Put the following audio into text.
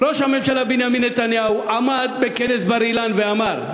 ראש הממשלה בנימין נתניהו עמד בכנס בר-אילן ואמר,